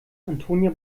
antonia